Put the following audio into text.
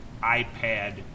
iPad